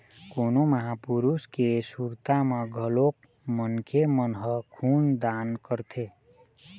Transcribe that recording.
कोनो महापुरुष के सुरता म घलोक मनखे मन ह खून दान करथे